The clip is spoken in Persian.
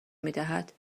میدهد